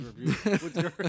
review